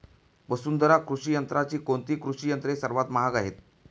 वसुंधरा कृषी यंत्राची कोणती कृषी यंत्रे सर्वात महाग आहेत?